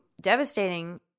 devastating